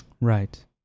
Right